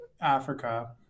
Africa